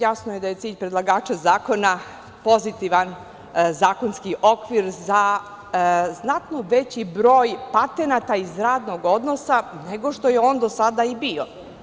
Jasno je da je cilj predlagača zakona pozitivan zakonski okvir za znatno veći broj patenata iz radnog odnosa nego što je on do sada i bio.